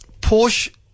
Porsche